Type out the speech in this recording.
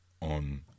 on